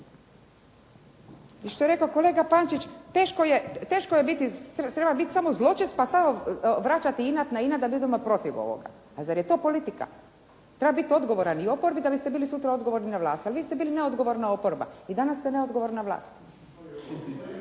I što je rekao kolega Pančić, treba biti samo zločest pa vraćati samo inat na inat da budemo protiv ovoga. Pa zar je to politika? Treba biti odgovoran i oporbi da biste bili sutra odgovorni na vlasti. Ali vi ste bili neodgovorna oporba i danas ste neodgovorna vlast.